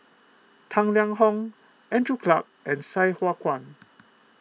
Tang Liang Hong Andrew Clarke and Sai Hua Kuan